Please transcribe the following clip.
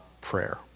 prayer